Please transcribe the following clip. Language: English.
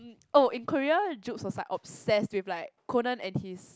oh in Korea was like obsessed with like Conan and his